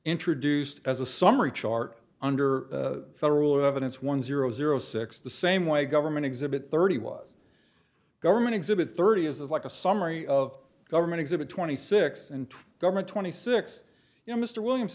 introduced as a summary chart under federal evidence one zero zero six the same way government exhibit thirty was government exhibit thirty as of like a summary of government exhibit twenty six and government twenty six you know mr williams